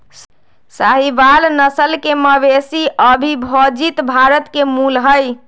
साहीवाल नस्ल के मवेशी अविभजित भारत के मूल हई